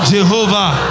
Jehovah